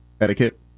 etiquette